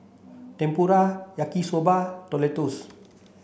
Tempura Yaki soba Tortillas